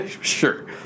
sure